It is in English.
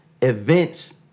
events